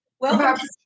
Welcome